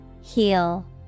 Heal